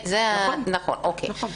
לא,